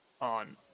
on